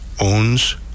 owns